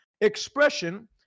expression